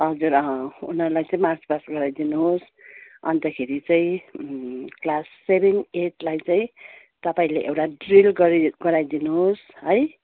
हजुर उनीहरूलाई चाहिँ मार्च पास्ट गराइदिनु होस् अन्तखेरि चाहिँ क्लास सेभेन एटलाई चाहिँ तपाईँले एउटा ड्रिल गरी गराइदिनु होस् है